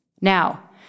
Now